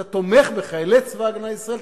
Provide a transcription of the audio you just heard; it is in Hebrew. אתה תומך בחיילי צבא-הגנה לישראל,